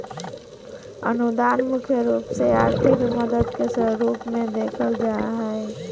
अनुदान मुख्य रूप से आर्थिक मदद के स्वरूप मे देखल जा हय